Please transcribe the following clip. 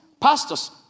pastors